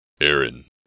Aaron